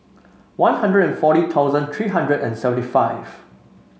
One Hundred and forty thousand three hundred and seventy five